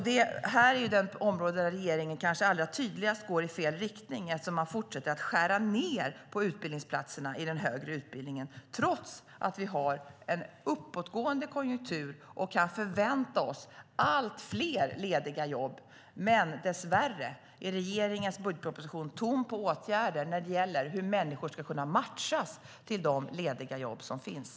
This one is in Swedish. Det här är det område där regeringen kanske allra tydligast går i fel riktning, eftersom man fortsätter att skära ned på utbildningsplatserna i den högre utbildningen trots att vi har en uppåtgående konjunktur och kan förvänta oss allt fler lediga jobb. Dess värre är regeringens budgetproposition tom på åtgärder när det gäller hur människor ska kunna matchas med de lediga jobb som finns.